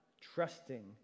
trusting